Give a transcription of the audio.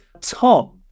Tom